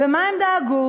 ולמה הם דאגו?